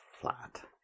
flat